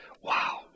Wow